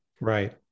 Right